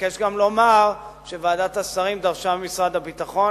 אבקש גם לומר שוועדת השרים דרשה ממשרד הביטחון